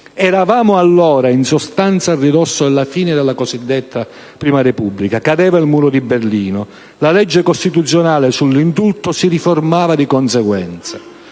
Eravamo allora, in sostanza, a ridosso della fine della cosiddetta prima Repubblica, cadeva il Muro di Berlino. La legge costituzionale sull'indulto si riformava di conseguenza.